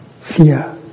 fear